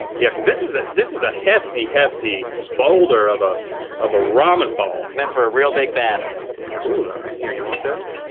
yeah cause this is ah this is a hefty, hefty boulder of ah of a ramen ball. meant for a real big bath. this is cool though man. here you want that?